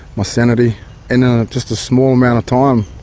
my sanity in ah just a small amount of time.